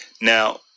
Now